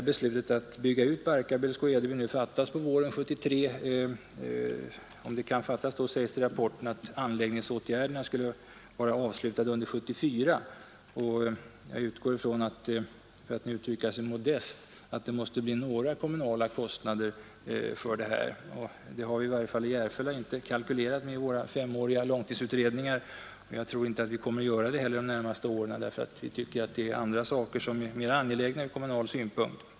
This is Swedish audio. Om beslutet att bygga ut Barkarby eller Skå-Edeby fattas våren 1973 kan, sägs det i rapporten, anläggningsåtgärderna vara avslutade under 1974. Jag utgår från, för att nu uttrycka sig modest, att det måste bli några kommunala kostnader härför. Det har vi i varje fall i Järfälla inte kalkylerat med i våra femåriga långtidsutredningar, och jag tror inte heller att vi kommer att göra det de närmaste åren. Vi tycker att det finns andra saker som är mer angelägna från kommunal synpunkt.